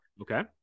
Okay